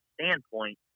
standpoint